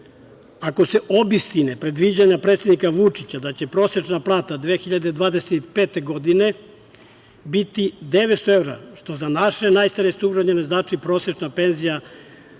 se obistine predviđanja predsednika Vučića, da će prosečna plata 2025. godine, biti 900 evra, što za naše najstarije sugrađane znači prosečna penzija